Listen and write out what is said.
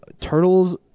turtles